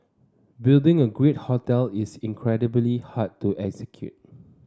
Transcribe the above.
building a great hotel is incredibly hard to execute